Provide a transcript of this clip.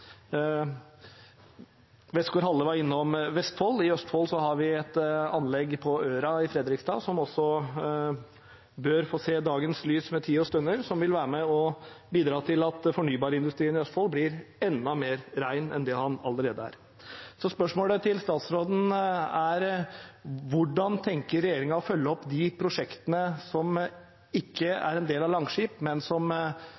var innom Vestfold. I Østfold har vi et anlegg på Øra i Fredrikstad, som også bør få se dagens lys med tid og stunder, som vil være med og bidra til at fornybarindustrien i Østfold blir enda mer ren enn det den allerede er. Spørsmålet til statsråden er: Hvordan tenker regjeringen å følge opp de prosjektene som ikke er en del av Langskip, men som